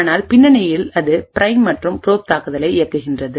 ஆனால் பின்னணியில் அது பிரைம் மற்றும் ப்ரோப் தாக்குதலை இயக்குகிறது